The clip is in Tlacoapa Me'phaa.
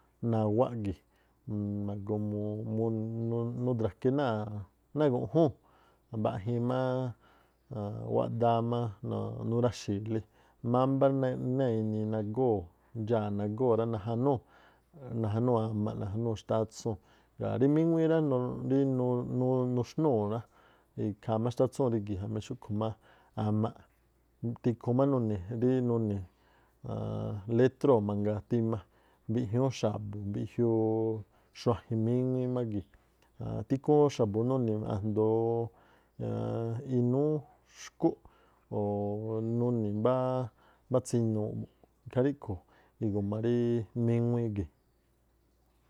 Nawáꞌ gii̱ nudra̱ke̱ náa̱ guꞌjúu̱n, mbaꞌjiin máá wáꞌdáá má nura̱xi̱i̱le mámbá náa̱ enii nagóo̱ ndxaa̱ nagóo̱ rá najanúu̱ amaꞌ najanúu̱ xtátsúu̱n. Ngaa̱ rí míŋuíí nuxnúu̱ rá, ikhaa má xtátsúu̱n rígi̱ jamí xúꞌkhu̱ má amaꞌ, tikhuun má nuni̱ rí nuni̱ létróo̱ mangaa tima mbiꞌjñúú x̱abu̱, mbiꞌjiuu xuajin míŋuíí má gii̱. Tikhuun xa̱bu̱ nuni̱ a̱njdo̱o inúú xkúꞌ o̱ nuni̱ mbá tsinuuꞌ. Ikhaa ríꞌkhu̱ iguma̱ ríí míŋuíí gii̱.